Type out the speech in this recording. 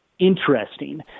Interesting